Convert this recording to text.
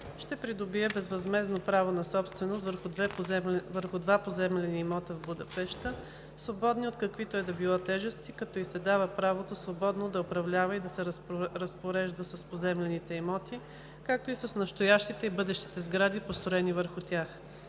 ще придобие безвъзмездно правото на собственост върху два поземлени имота в Будапеща, свободни от каквито и да било тежести, като ѝ се дава правото свободно да управлява и да се разпорежда с поземлените имоти, както и с настоящите и бъдещите сгради, построени върху тях.